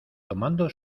tomando